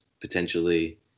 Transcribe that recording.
potentially